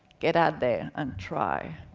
get out there, and try.